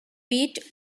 beat